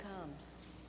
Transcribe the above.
comes